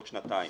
עוד שנתיים,